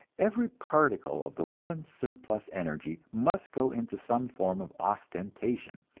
every particle of the woman's surplus energy must go into some form of ostentation,